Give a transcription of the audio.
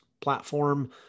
platform